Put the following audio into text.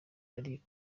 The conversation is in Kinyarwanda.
ari